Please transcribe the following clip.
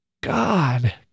God